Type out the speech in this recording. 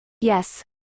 Yes